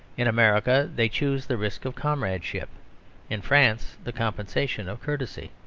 in america they choose the risk of comradeship in france the compensation of courtesy.